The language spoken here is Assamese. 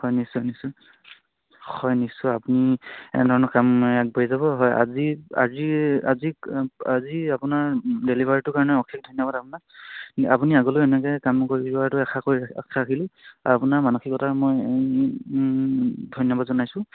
হয় নিশ্চয় নিশ্চয় হয় নিশ্চয় আপুনি এনেধৰণৰ কাম আগবাঢ়ি যাব হয় আজি আজি আজি আজি আপোনাৰ ডেলিভাৰীটোৰ কাৰণে অশেষ ধন্যবাদ আপোনাক আপুনি আগলৈও এনেকে কাম কৰিবটো আশা কৰি আশা ৰাখিলোঁ আৰু আপোনাৰ মানসিকতাৰ মই ধন্যবাদ জনাইছোঁ